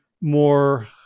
more